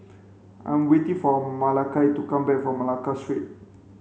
I'm waiting for Malakai to come back from Malacca Street